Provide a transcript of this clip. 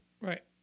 Right